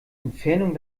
entfernung